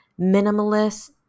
minimalist